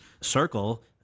circle